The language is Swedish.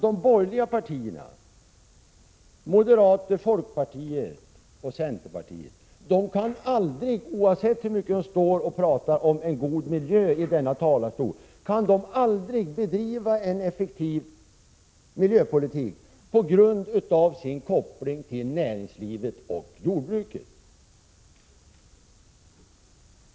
De borgerliga partierna — moderaterna, folkpartiet och centerpartiet — kan aldrig, oavsett hur mycket deras företrädare står i riksdagens talarstol och pratar om en god miljö, bedriva en effektiv miljöpolitik, på grund av sin koppling till näringslivet och jordbruket.